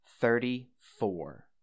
Thirty-four